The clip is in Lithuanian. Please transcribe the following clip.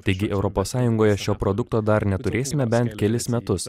taigi europos sąjungoje šio produkto dar neturėsime bent kelis metus